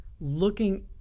looking